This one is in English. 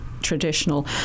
traditional